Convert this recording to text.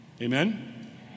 Amen